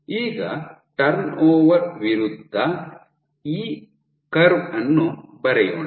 ಈಗ ಟರ್ನ್ಓವರ್ ವಿರುದ್ಧ E curve ಅನ್ನು ಬರೆಯೋಣ